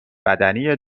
بدنی